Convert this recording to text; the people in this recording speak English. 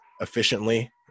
efficiently